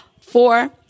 Four